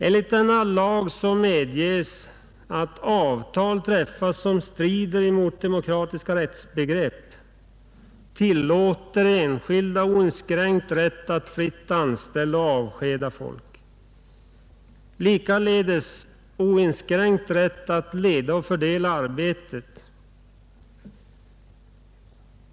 Enligt denna lag medges att avtal träffas som strider mot demokratiska rättsbegrepp och ger enskilda oinskränkt rätt att fritt anställa och avskeda folk, likaledes oinskränkt rätt att leda och fördela arbetet.